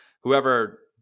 whoever